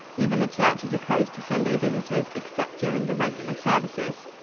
even the churches are closed to sunday visitors except during the regular services.